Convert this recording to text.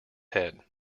head